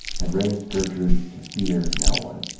had raised gertrude to fear no one.